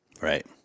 Right